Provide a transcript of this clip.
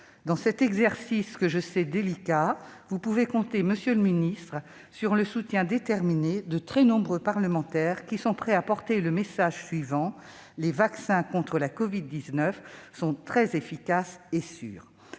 Dans cet exercice que je sais délicat, monsieur le ministre, vous pouvez compter sur le soutien déterminé de très nombreux parlementaires, qui sont prêts à porter le message suivant : les vaccins contre la covid-19 sont très efficaces et sûrs.